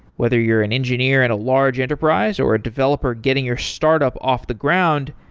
whether you're an engineer at a large enterprise, or a developer getting your startup off the ground,